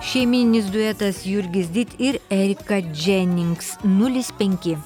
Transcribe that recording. šeimyninis duetas jurgis did ir erika dženinks nulis penki